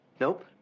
Nope